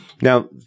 Now